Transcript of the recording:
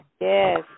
Yes